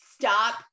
stop